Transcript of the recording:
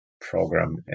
program